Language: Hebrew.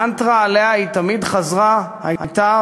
המנטרה שהיא תמיד חזרה עליה הייתה,